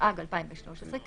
התשע"ג 2013‏,